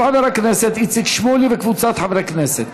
של חבר הכנסת איציק שמולי וקבוצת חברי הכנסת.